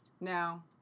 No